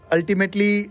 Ultimately